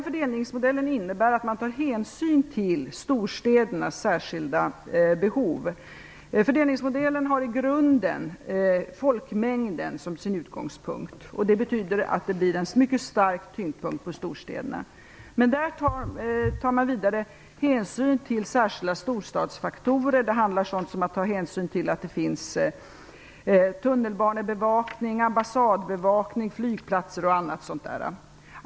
Fördelningsmodellen innebär att man tar hänsyn till storstädernas särskilda behov, och den har folkmängden som sin utgångspunkt. Det betyder att det blir en mycket stark tyngdpunkt på storstäderna. Man tar vidare hänsyn till särskilda storstadsfaktorer. Det handlar om att ta hänsyn till behovet av tunnelbevakning, ambassad och flygplatsbevakning etc.